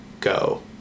go